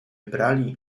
brali